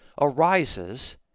arises